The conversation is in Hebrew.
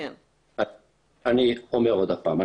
אני אומר עוד פעם,